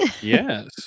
yes